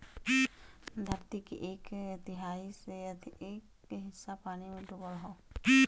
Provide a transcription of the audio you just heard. धरती के एक तिहाई से अधिक हिस्सा पानी में डूबल हौ